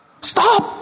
Stop